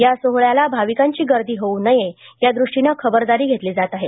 या सोहोळ्याला भाविकांची गर्दी होऊ नये यादृष्टीनं खबरदारी घेतली जात आहे